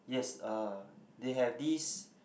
yes uh they have this